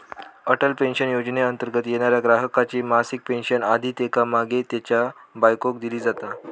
Atal pension योजनेंतर्गत येणाऱ्या ग्राहकाची मासिक पेन्शन आधी त्येका मागे त्येच्या बायकोक दिली जाता